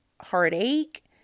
heartache